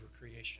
creation